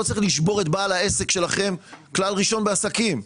לא צריך שבור את בעל העסק שלכם, כלל ראשון בעסקים.